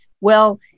Well-